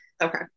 okay